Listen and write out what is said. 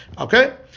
okay